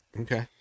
okay